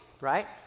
right